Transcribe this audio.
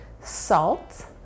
salt